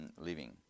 living